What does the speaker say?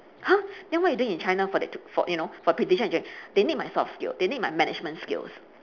!huh! then what are you doing in China for that for you know for actually they need my soft skill they need my management skills